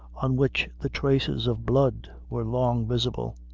on which the traces of blood were long visible